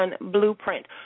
blueprint